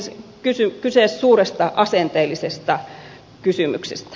on siis kyse suuresta asenteellisesta kysymyksestä